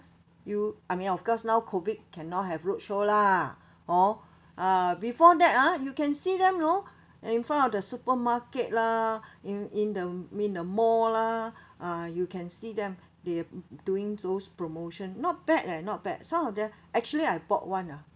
you I mean of course now COVID cannot have roadshow lah hor ah before that ah you can see them you know in front of the supermarket lah in in the in the mall lah ah you can see them they doing those promotion not bad leh not bad some of them actually I bought one ah